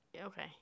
Okay